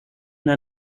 der